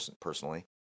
personally